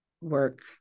work